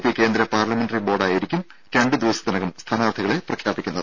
P കേന്ദ്ര parliamentary ബോർഡായിരിക്കും രണ്ടുദിവസത്തിനകം സ്ഥാനാർത്ഥികളെ പ്രഖ്യാപിക്കുന്നത്